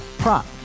prop